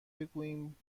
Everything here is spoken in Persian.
بگویم